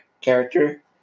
character